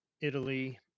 Italy